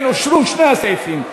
כן, אושרו שני הסעיפים.